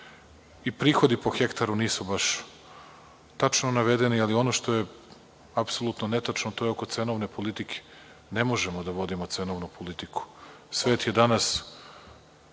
prihodi po hektaru nisu baš tačno navedeni, ali ono što je apsolutno netačno je oko cenovne politike. Ne možemo da vodimo cenovnu politiku. Svet je danas